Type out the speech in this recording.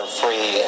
free